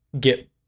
get